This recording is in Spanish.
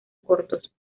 cortos